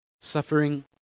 Suffering